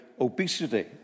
obesity